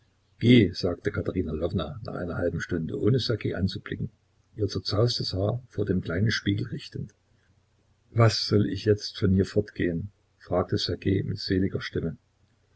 sagte lwowna nach einer halben stunde ohne ssergej anzublicken ihr zerzaustes haar vor dem kleinen spiegel richtend was soll ich jetzt von hier fortgehen fragte ssergej mit seliger stimme